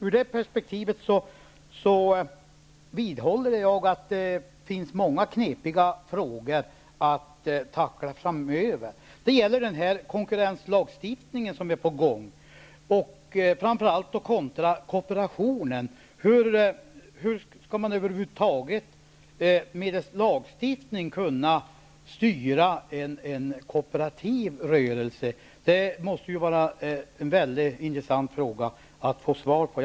Ur detta perspektiv vidhåller jag att det finns många knepiga frågor att tackla framöver. Det gäller bl.a. den kommande konkurrenslagstiftningen kontra framför allt kooperationen. Hur skall man över huvud taget medelst lagstiftning kunna styra en kooperativ rörelse? Det vore väldigt intressant att få svar på den frågan.